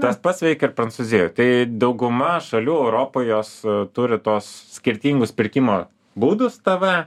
tas pats veikia ir prancūzijoj tai dauguma šalių europoj jos turi tuos skirtingus pirkimo būdus tv